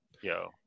Yo